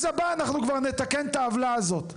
הבא אנחנו כבר נתקן את העוולה הזאת.